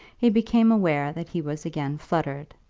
he became aware that he was again fluttered.